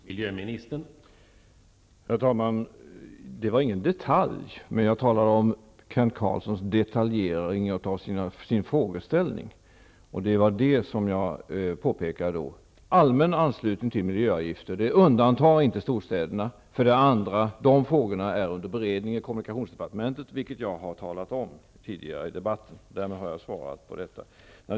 Herr talman! Jag sade inte att det gällde en detalj, utan jag talade om Kent Carlssons detaljering av sin frågeställning. Jag påpekade att en allmän anslutning till miljöavgifter inte undantar storstäderna. Vidare sade jag tidigare i debatten att de frågorna är under beredning i kommunikationsdepartementet. Därmed har jag svarat på detta.